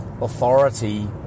authority